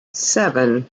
seven